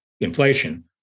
inflation